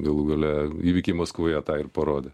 galų gale įvykiai maskvoje tą ir parodė